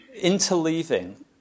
interleaving